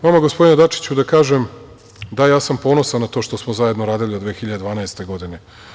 Vama, gospodine Dačiću, da kažem - da, ja sam ponosan na to što smo zajedno radili od 2012. godine.